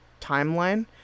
timeline